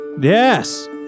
Yes